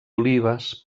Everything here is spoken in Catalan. olives